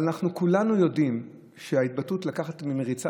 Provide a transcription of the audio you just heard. אבל כולנו יודעים שההתבטאות "לקחת מריצה"